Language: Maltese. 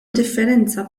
differenza